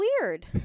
weird